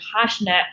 passionate